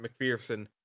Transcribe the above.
McPherson